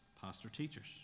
pastor-teachers